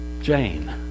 Jane